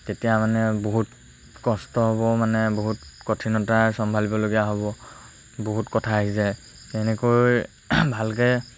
তেতিয়া মানে বহুত কষ্ট হ'ব মানে বহুত কঠিনতা চম্ভালিবলগীয়া হ'ব বহুত কথা আহি যায় এনেকৈ ভালকৈ